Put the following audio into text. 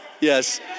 yes